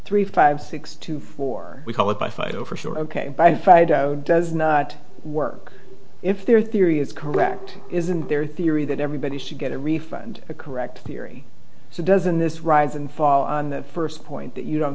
three five six two four we call it by fight over sure ok fido does not work if their theory is correct isn't their theory that everybody should get a refund a correct theory so doesn't this rise and fall on the first point that you don't